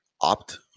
opt